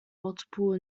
multiple